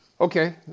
Okay